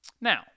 Now